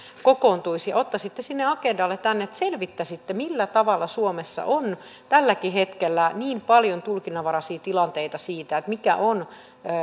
kokoontuisi ottaisitte sinne agendalle tämän että selvittäisitte millä tavalla suomessa on tälläkin hetkellä niin paljon tulkinnanvaraisia tilanteita siinä mikä on